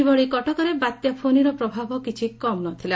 ସେହିଭଳି କଟକରେ ବତ୍ୟା ଫୋନିର ପ୍ରଭାବ କିଛି କମ୍ ନଥିଲା